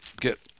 get